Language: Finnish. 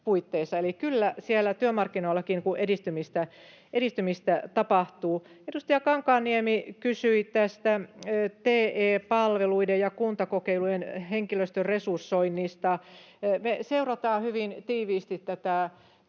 puitteissa. Eli kyllä siellä työmarkkinoillakin edistymistä tapahtuu. Edustaja Kankaanniemi kysyi TE-palveluiden ja kuntakokeilujen henkilöstöresursoinnista. Me seurataan hyvin tiiviisti tätä